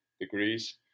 degrees